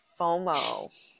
FOMO